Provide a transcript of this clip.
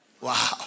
Wow